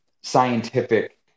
scientific